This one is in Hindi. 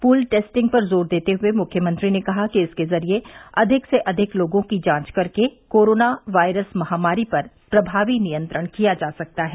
पूल टेस्टिंग पर जोर देते हुए मुख्यमंत्री ने कहा कि इसके जरिए अधिक से अधिक लोगों की जांच करके कोरोना वायरस महामारी पर प्रभावी नियंत्रण किया जा सकता है